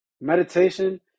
meditation